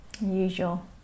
usual